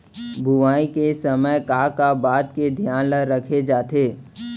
बुआई के समय का का बात के धियान ल रखे जाथे?